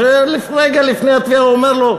ורגע לפני הטביעה הוא אומר לו: